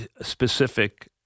specific